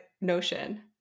Notion